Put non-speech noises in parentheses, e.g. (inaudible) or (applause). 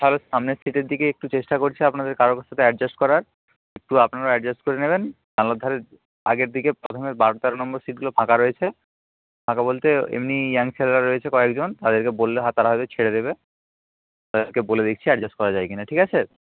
তাহলে সামনের সিটের দিকে একটু চেষ্টা করছি আপনাদের কারোর সাথে অ্যাডজাস্ট করার একটু আপনারা অ্যাডজাস্ট করে নেবেন জানালার ধারে আগের দিকে প্রথমে বারো তেরো নম্বর সিটগুলো ফাঁকা রয়েছে ফাঁকা বলতে এমনি ইয়াং ছেলেরা রয়েছে কয়েকজন তাদেরকে বললে (unintelligible) তারা হয়তো ছেড়ে দেবে তাদেরকে বলে দেখছি অ্যাডজাস্ট করা যায় কি না ঠিক আছে